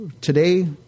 today